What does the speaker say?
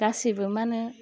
गासिबो मा होनो